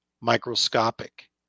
microscopic